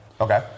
Okay